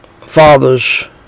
fathers